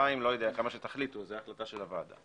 בזמן שתחליט הוועדה.